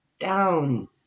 down